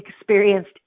experienced